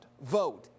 vote